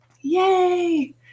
yay